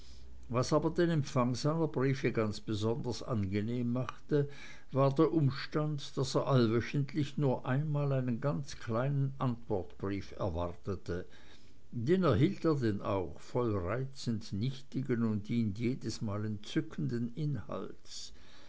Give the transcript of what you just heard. was aber den empfang seiner briefe ganz besonders angenehm machte war der umstand daß er allwöchentlich nur einmal einen ganz kleinen antwortbrief erwartete den erhielt er dann auch voll reizend nichtigen und ihn jedesmal entzückenden inhalts